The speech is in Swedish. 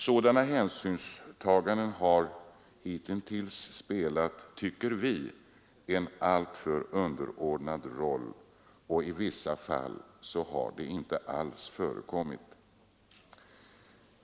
Sådana hänsynstaganden har hittills spelat en alltför underordnad roll, i vissa fall har de inte alls förekommit.